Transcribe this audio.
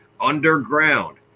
underground